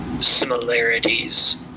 similarities